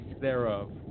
thereof